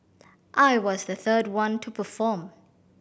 I was the third one to perform